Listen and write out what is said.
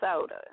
soda